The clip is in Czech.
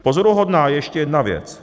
Pozoruhodná je ještě jedna věc.